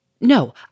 No